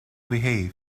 behave